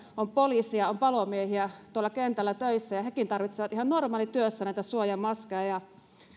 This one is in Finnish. on poliiseja on palomiehiä tuolla kentällä töissä ja hekin tarvitsevat ihan normaalityössä näitä suojamaskeja